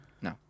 No